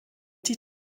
die